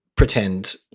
pretend